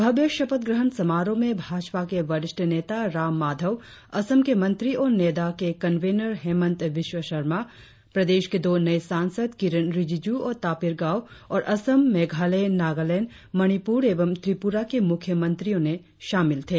भव्य शपथ ग्रहण समारोह में भाजपा के वरिष्ठ नेता राम माधम असम के मंत्री और नेडा के कन्वेनर हेमंत बिस्व सरमा प्रदेश के दो नए सांसद किरेन रिजिजू और तापिर गाओ और असम मेघालय नागालैंड मणिपुर और त्रिपुरा के मुख्यमंत्रियां शामिल थे